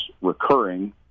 recurring